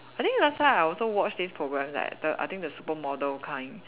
I think last time I also watch this progams leh the I think the supermodel kind